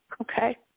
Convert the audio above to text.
Okay